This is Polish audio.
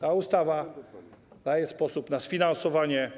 Ta ustawa umożliwia sfinansowanie